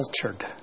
cultured